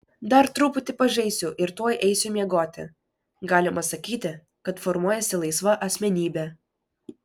dar truputį pažaisiu ir tuoj eisiu miegoti galima sakyti kad formuojasi laisva asmenybė